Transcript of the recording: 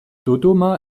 dodoma